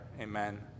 Amen